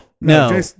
No